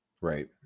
Right